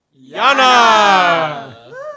YANA